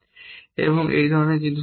এবং এই ধরণের জিনিসগুলি জানেন